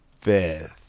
fifth